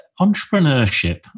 entrepreneurship